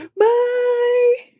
bye